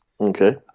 Okay